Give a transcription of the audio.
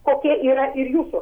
kokia yra ir jūsų